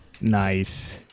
Nice